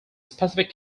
specific